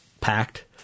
packed